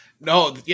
No